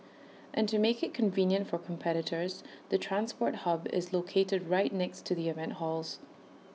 and to make IT convenient for competitors the transport hub is located right next to the event halls